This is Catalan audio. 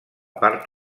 part